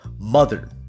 Mother